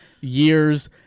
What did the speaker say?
years